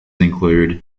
include